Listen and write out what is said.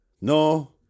no